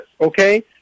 Okay